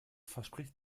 verspricht